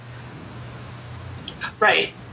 Right